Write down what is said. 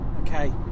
Okay